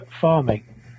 farming